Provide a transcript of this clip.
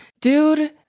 Dude